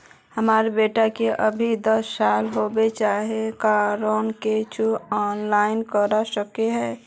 हमर बेटी के अभी दस साल होबे होचे ओकरा ले कुछ ऑनलाइन कर सके है?